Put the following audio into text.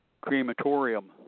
crematorium